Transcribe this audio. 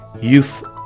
youth